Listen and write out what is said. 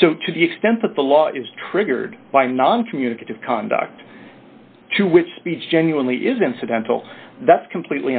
so to the extent that the law is triggered by non communicative conduct to which speech genuinely is incidental that's completely